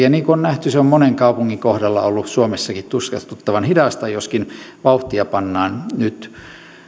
ja niin kuin on nähty se on monen kaupungin kohdalla ollut suomessakin tuskastuttavan hidasta joskin vauhtia pannaan nyt